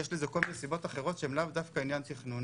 יש לזה כל מיני סיבות אחרות שהן לאו דווקא עניין תכנוני.